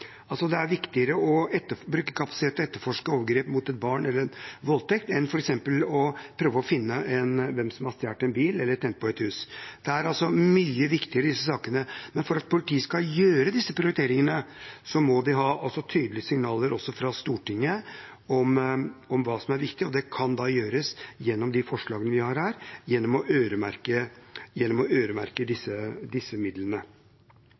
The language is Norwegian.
Det er altså viktigere å bruke kapasitet til å etterforske overgrep mot et barn eller en voldtekt enn f.eks. å prøve å finne hvem som har stjålet en bil eller tent på et hus. Disse sakene er altså mye viktigere, men for at politiet skal gjøre disse prioriteringene, må de ha tydelige signaler også fra Stortinget om hva som er viktig. Det kan skje ved de forslagene vi har her, gjennom å øremerke disse midlene. Vi vet at disse